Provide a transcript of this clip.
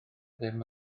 ddim